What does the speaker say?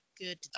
good